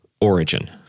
origin